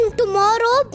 tomorrow